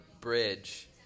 bridge